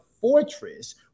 fortress